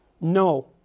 No